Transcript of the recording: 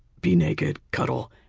be naked, cuddle,